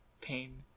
Pain